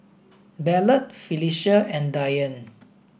Ballard Phylicia and Dyan